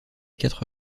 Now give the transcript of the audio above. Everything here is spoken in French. quatre